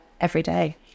everyday